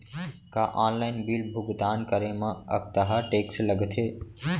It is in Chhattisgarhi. का ऑनलाइन बिल भुगतान करे मा अक्तहा टेक्स लगथे?